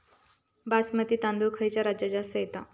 बासमती तांदूळ खयच्या राज्यात जास्त येता?